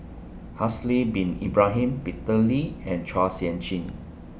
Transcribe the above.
Haslir Bin Ibrahim Peter Lee and Chua Sian Chin